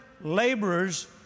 laborers